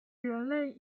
人类